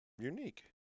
unique